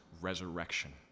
resurrection